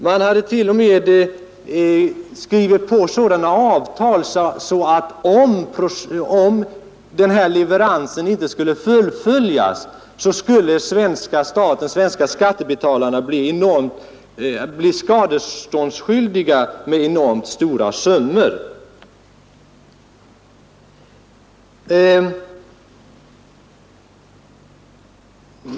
Man hade t.o.m. skrivit under avtal som stipulerade, att om leveransen inte kom till stånd, så skulle svenska staten och de svenska skattebetalarna bli skadeståndsskyldiga med enorma belopp.